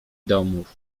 domów